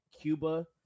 Cuba